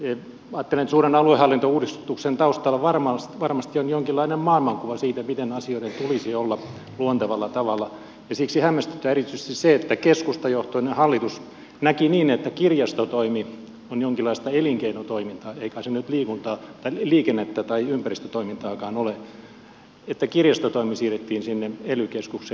ajattelen että suuren aluehallintouudistuksen taustalla varmasti on jonkinlainen maailmankuva siitä miten asioiden tulisi olla luontevalla tavalla ja siksi hämmästyttää erityisesti se että keskustajohtoinen hallitus näki niin että kirjastotoimi on jonkinlaista elinkeinotoimintaa ei kai se nyt liikennettä tai ympäristötoimintaakaan ole että kirjastotoimi siirrettiin sinne ely keskukseen